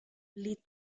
les